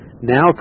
now